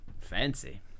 Fancy